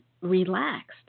relaxed